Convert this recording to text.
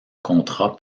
contrat